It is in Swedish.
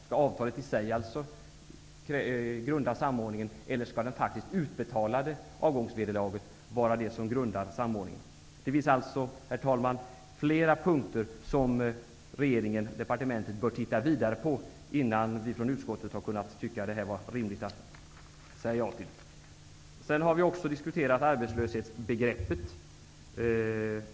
Skall avtalet i sig utgöra grunden för samordningen, eller skall det faktiskt utbetalade avgångsvederlaget vara det som samordningen grundas på? Herr talman! Det finns flera punkter som regeringen/departementet ytterligare bör titta på innan vi i utskottet kan tycka att det är rimligt att säga ja. Vi har också diskuterat arbetslöshetsbegreppet.